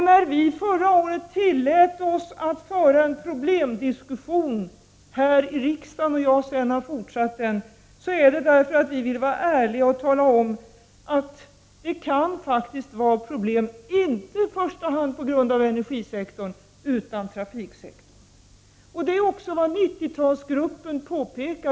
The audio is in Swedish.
När vi förra året tillät oss att föra en problemdiskussion här i riksdagen, som jag sedan har fortsatt, var det för att vi ville vara ärliga och tala om att det faktiskt kan finnas problem, inte i första hand på grund av energisektorn, utan på grund av trafiksektorn. Det är också vad 90-talsgruppen påpekar.